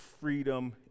freedom